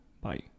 Bye